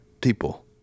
people